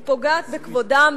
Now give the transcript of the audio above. היא פוגעת בכבודם,